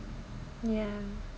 yeah